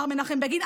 אמר מנחם בגין,